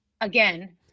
again